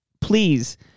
Please